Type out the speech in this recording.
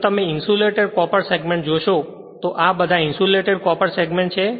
જો તમે insulated copper segment જોશો તો આ બધા ઇન્સ્યુલેટેડ કોપર સેગમેન્ટ છે